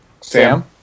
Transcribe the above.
Sam